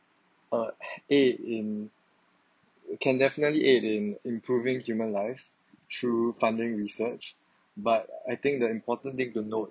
uh aid in can definitely aid in improving human lives through funding research but I think the important thing to note